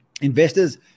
Investors